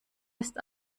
ist